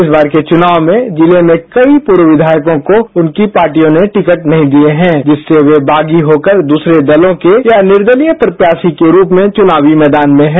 इस बार के चुनाव में जिले में कई पूर्व विधायकों को उनकी पार्टियों ने टिकट नहीं दिये हैं जिससे वे बागी होकर दूसरे दलों के या निर्दलीय प्रत्याशी के रुप में चुनावी मैदान में हैं